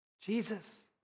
Jesus